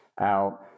out